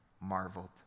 marveled